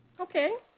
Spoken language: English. okay.